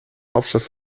hauptstadt